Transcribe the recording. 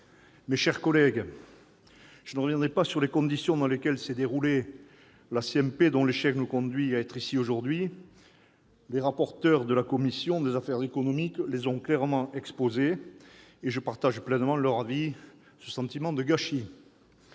mes chers collègues, je ne reviendrai pas sur les conditions dans lesquelles s'est déroulée la CMP, dont l'échec nous conduit à siéger aujourd'hui. Les rapporteurs de la commission des affaires économiques les ont clairement exposées, et je partage pleinement leur avis et leur sentiment de gâchis